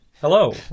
Hello